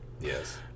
Yes